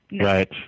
Right